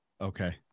Okay